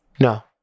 No